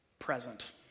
present